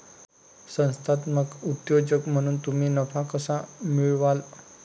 संस्थात्मक उद्योजक म्हणून तुम्ही नफा कसा मिळवाल?